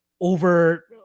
over –